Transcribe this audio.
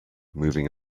moving